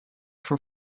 for